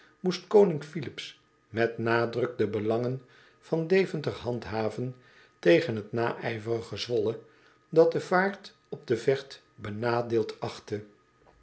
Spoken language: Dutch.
i p s met nadruk de belangen van deventer handhaven tegen het naijverige zwolle dat de vaart op de vecht benadeeld achtte